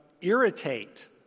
irritate